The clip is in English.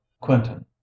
Quentin